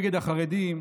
נגד החרדים,